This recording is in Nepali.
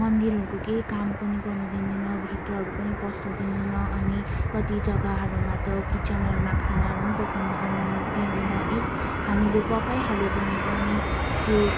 मन्दिरहरूको केही काम पनि गर्नुदिँदैन भित्रहरू पनि पस्नुदिँदैन अनि कति जग्गाहरूमा त किचनहरूमा खानाहरू पनि पकाउनु दिन् दिँदैन इफ हामीले पकाइहालियो भने पनि त्यो